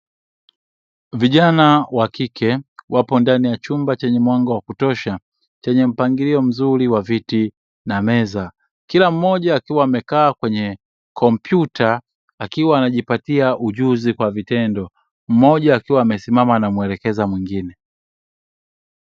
Vijana wa kike wapo ndani ya chumba chenye mwanga wa kutosha, chenye mpangilio mzuri wa viti na meza. Kila mmoja akiwa amekaa kwenye kompyuta akiwa anajipatia ujuzi kwa vitendo, mmoja akiwa amesimama anamuelekeza mwingine.